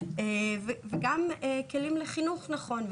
וגם באמצעות מתן כלים לחינוך נכון,